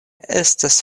estas